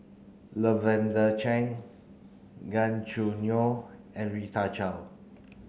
Lavender Chang Gan Choo Neo and Rita Chao